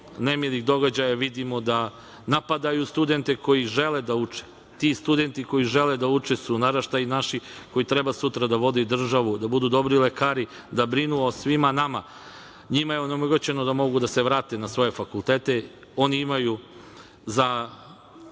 nemilim događajima vidimo da napadaju studente koji žele da uče. Ti studenti koji žele da uče su naš naraštaj, oni treba sutra da vode državu, da budu dobri lekari, da brinu o svima nama. Njima je onemogućeno da se vrate na svoje fakultete. Oni imaju prava